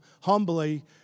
humbly